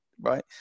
right